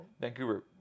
Vancouver